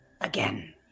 again